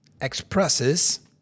expresses